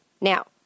Now